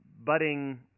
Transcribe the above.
budding